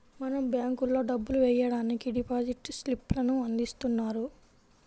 మనం బ్యేంకుల్లో డబ్బులు వెయ్యడానికి డిపాజిట్ స్లిప్ లను అందిస్తున్నారు